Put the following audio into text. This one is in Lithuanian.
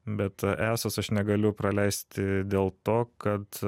bet aesos aš negaliu praleisti dėl to kad